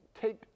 take